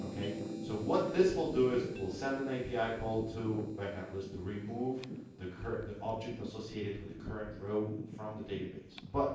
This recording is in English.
ok so what this will do is will send an api call to back analyst to remove the curt the object associated with a current row from the database but